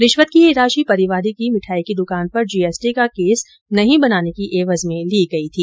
रिश्वत की ये राशि परिवादी की भिठाई की दुकान पर जीएसटी का केस नहीं बनाने की एवज में ली गई थी